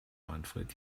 manfred